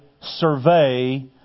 Survey